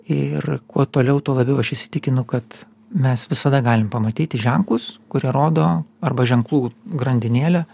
ir kuo toliau tuo labiau aš įsitikinu kad mes visada galim pamatyti ženklus kurie rodo arba ženklų grandinėlę